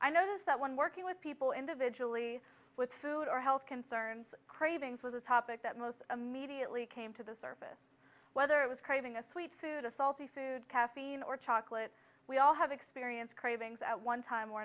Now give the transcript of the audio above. i notice that when working with people individually with food or health concerns cravings was a topic that most immediately came to the surface whether it was craving a sweet food a salty food caffeine or chocolate we all have experienced cravings at one time or